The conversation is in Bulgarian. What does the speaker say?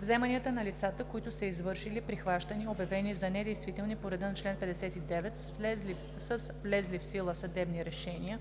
Вземанията на лицата, които са извършили прихващания, обявени за недействителни по реда на чл. 59 с влезли в сила съдебни решения,